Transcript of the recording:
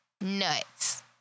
nuts